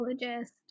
psychologist